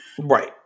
Right